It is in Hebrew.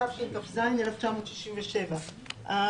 התשכ"ז 1967‏,